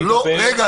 אתה מקשיב לעצמך?